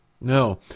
no